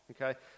Okay